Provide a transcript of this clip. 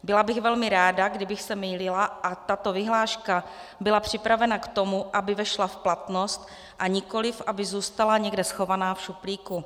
Byla bych velmi ráda, kdybych se mýlila a tato vyhláška byla připravena k tomu, aby vešla v platnost, a nikoli aby zůstala někde schovaná v šuplíku.